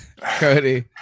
Cody